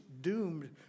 doomed